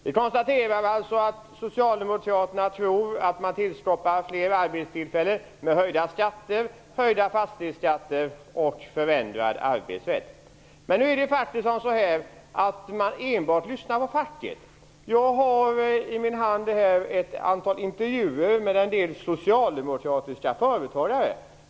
Vi konstaterar att socialdemokraterna tror att man skapar fler arbetstillfällen med höjda fastighetsskatter och förändrad arbetsrätt. Men man lyssnar enbart på facket. Jag har i min hand en intervju med ett antal socialdemokratiska företagare.